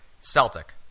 Celtic